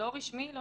לא רשמי,